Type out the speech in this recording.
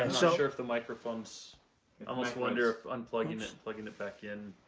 and so sure if the microphone's i almost wonder if unplugging it and plugging it back in,